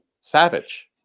Savage